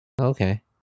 Okay